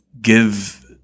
give